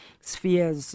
spheres